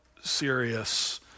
serious